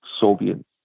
Soviet